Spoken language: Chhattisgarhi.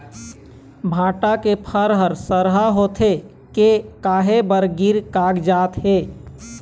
भांटा के फर हर सरहा होथे के काहे बर गिर कागजात हे?